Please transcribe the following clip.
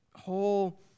whole